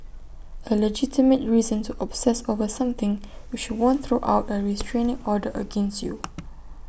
A legitimate reason to obsess over something which won't throw out A restraining order against you